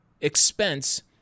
expense